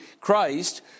Christ